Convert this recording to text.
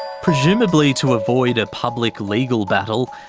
presumably to avoid a public legal battle,